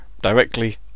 directly